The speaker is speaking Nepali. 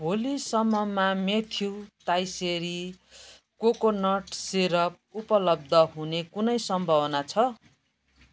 भोलिसम्ममा मेथ्यू ताइसेरी कोकोनट सिरप उपलब्ध हुने कुनै सम्भावना छ